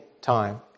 time